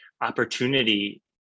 opportunity